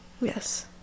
Yes